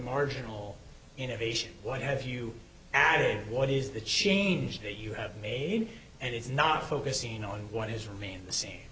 marginal innovation what have you adding what is the change that you have made and it's not focusing on what has remained the same